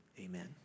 amen